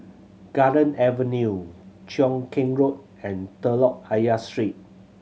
Garden Avenue Cheow Keng Road and Telok Ayer Street